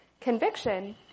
conviction